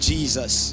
Jesus